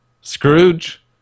Scrooge